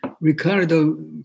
Ricardo